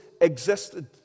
existed